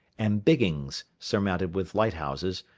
and biggings, surmounted with lighthouses,